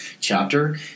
chapter